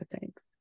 thanks